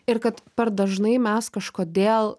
ir kad per dažnai mes kažkodėl